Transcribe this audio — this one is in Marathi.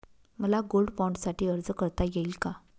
मला गोल्ड बाँडसाठी अर्ज करता येईल का?